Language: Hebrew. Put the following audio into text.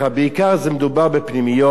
בעיקר מדובר בפנימיות,